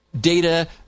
data